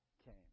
came